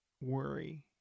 worry